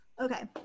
Okay